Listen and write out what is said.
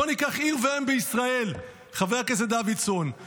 בוא ניקח עיר ואם בישראל, חבר הכנסת דוידסון,